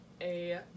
a-